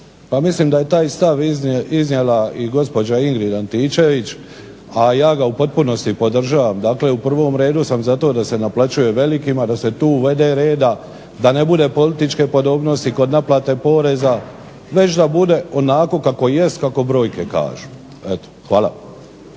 mislim da je taj stav iznijela i gospođa Ingrid Antičević, a ja ga u potpunosti podržavam. Dakle, u prvom redu sam za to da se naplaćuje velikima, da se tu uvede reda, da ne bude političke podobnosti kod naplate poreza već da bude onako kako jest, kako brojke kažu. Eto hvala.